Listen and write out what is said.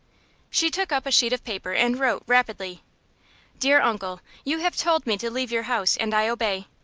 she took up a sheet of paper, and wrote, rapidly dear uncle you have told me to leave your house, and i obey.